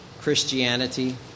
Christianity